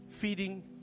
feeding